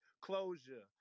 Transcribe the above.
Closure